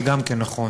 זה גם כן נכון,